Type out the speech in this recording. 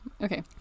Okay